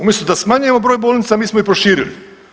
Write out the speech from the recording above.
Umjesto da smanjujemo broj bolnica mi smo ih proširili.